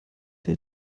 der